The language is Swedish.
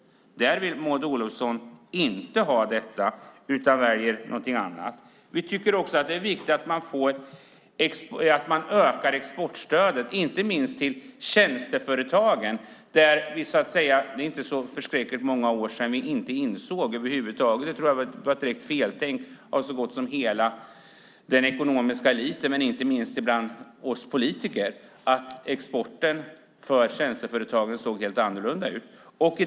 Maud Olofsson vill inte detta, utan hon väljer någonting annat. Vi tycker också att det är viktigt att öka exportstödet, inte minst till tjänsteföretagen. Det är inte så förskräckligt många år sedan vi över huvud taget inte insåg - jag tror att där fanns ett direkt feltänk hos så gott som hela den ekonomiska eliten och inte minst bland oss politiker - att exporten avseende tjänsteföretagen såg helt annorlunda ut.